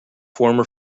former